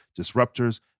disruptors